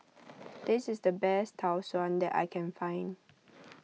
this is the best Tau Suan that I can find